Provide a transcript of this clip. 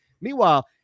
Meanwhile